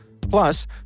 Plus